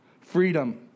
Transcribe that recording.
Freedom